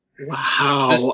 Wow